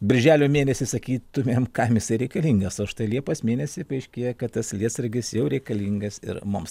birželio mėnesį sakytumėm kam jisai reikalingas o štai liepos mėnesį paaiškėja kad tas lietsargis jau reikalingas ir mums